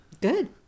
good